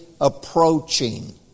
approaching